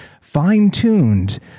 fine-tuned